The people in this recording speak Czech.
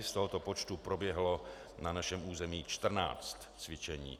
Z tohoto počtu proběhlo na našem území 14 cvičení.